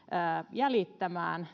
jäljittämään